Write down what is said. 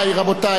רבותי,